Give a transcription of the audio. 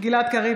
גלעד קריב,